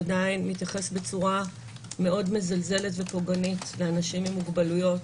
שעדיין מתייחס בצורה מאוד מזלזלת ופוגענית באנשים עם מוגבלויות.